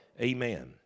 amen